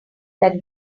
that